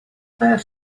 there